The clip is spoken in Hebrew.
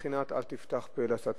בבחינת: אל תפתח פה לשטן.